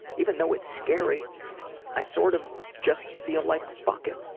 even though it's scary i sort of just feel like fuck it,